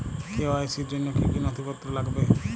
KYC র জন্য কি কি নথিপত্র লাগবে?